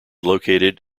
located